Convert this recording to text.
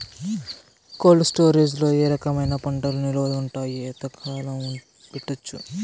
Cold storage లో ఏ రకమైన పంటలు నిలువ ఉంటాయి, ఎంతకాలం పెట్టొచ్చు?